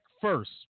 first